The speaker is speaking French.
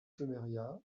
semeria